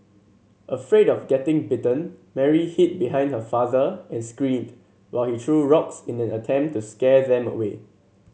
afraid of getting bitten Mary hid behind her father and screamed while he threw rocks in an attempt to scare them away